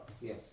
Yes